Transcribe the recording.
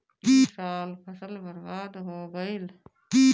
ए साल फसल बर्बाद हो गइल